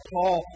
Paul